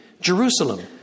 Jerusalem